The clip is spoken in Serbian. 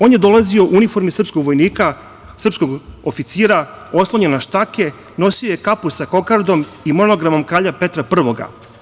On je dolazio u uniformi srpskog vojnika, srpskog oficira, oslonjen na štake, nosio je kapu sa kokardom i monogramom kralja Petra Prvog.